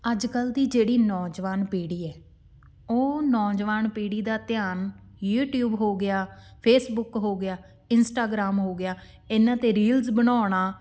ਅੱਜ ਕੱਲ੍ਹ ਦੀ ਜਿਹੜੀ ਨੌਜਵਾਨ ਪੀੜ੍ਹੀ ਹੈ ਉਹ ਨੌਜਵਾਨ ਪੀੜ੍ਹੀ ਦਾ ਧਿਆਨ ਯੂਟਿਊਬ ਹੋ ਗਿਆ ਫੇਸਬੁੱਕ ਹੋ ਗਿਆ ਇੰਸਟਾਗ੍ਰਾਮ ਹੋ ਗਿਆ ਇਹਨਾਂ 'ਤੇ ਰੀਲਸ ਬਣਾਉਣਾ